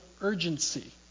urgency